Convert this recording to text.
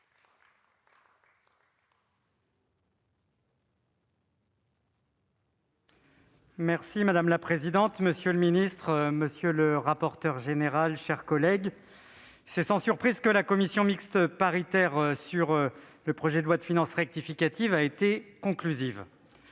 Féraud. Madame la présidente, monsieur le ministre, mes chers collègues, c'est sans surprise que la commission mixte paritaire sur ce projet de loi de finances rectificative a été conclusive.